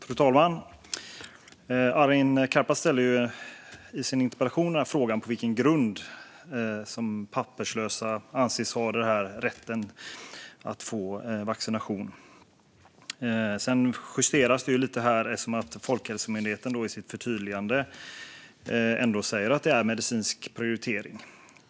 Fru talman! Arin Karapet frågade i sin interpellation på vilken grund som papperslösa anses ha rätt att få vaccination. Sedan justeras det här lite grann, eftersom Folkhälsomyndigheten i sitt förtydligande ändå säger att det ska göras en medicinsk prioritering.